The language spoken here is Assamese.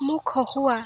মোক হহোঁৱা